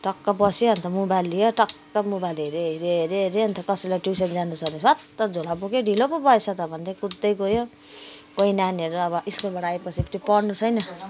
टक्क बस्यो अन्त मोबाइल लियो टक्क मोबाइल हेऱ्यो हेऱ्यो हेऱ्यो अन्त कसैलाई ट्युसन जानु छ भने स्वात्त झोला बोक्यो ढिलो पो भएछ त भन्दै कुद्दै गयो कोही नानीहरू अब स्कुलबाट आएपछि पढ्नु छैन